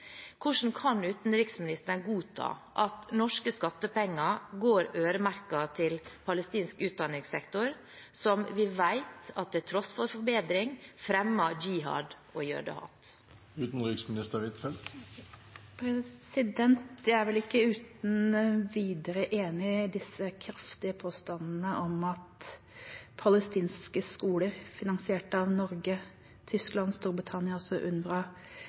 Hvordan kan utenriksministeren godta at norske skattepenger går – øremerket – til palestinsk utdanningssektor, som vi vet, til tross for forbedring, fremmer jihad og jødehat? Jeg er vel ikke uten videre enig i disse kraftige påstandene om at palestinske skoler finansiert av Norge, Tyskland, Storbritannia, og også